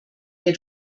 der